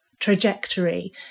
trajectory